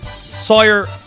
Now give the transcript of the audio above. Sawyer